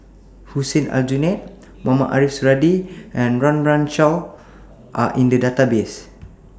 Hussein Aljunied Mohamed Ariff Suradi and Run Run Shaw Are in The Database